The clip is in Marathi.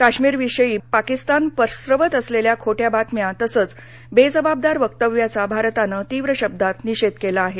काश्मीरविषयी पाकिस्तान पसरवत असलेल्या खोटया बातम्या तसंच बेजबाबदार वक्तव्याचा भारतानं तीव्र शब्दात निषेध केला आहे